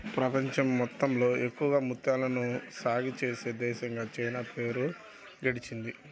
ప్రపంచం మొత్తంలో ఎక్కువగా ముత్యాలను సాగే చేసే దేశంగా చైనా పేరు గడించింది